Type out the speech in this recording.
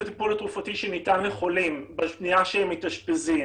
הטיפול התרופתי שניתן לחולים בשניה שהם מתאשפזים.